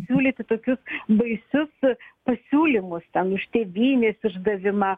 siūlyti tokius baisius pasiūlymus ten už tėvynės išdavimą